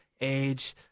age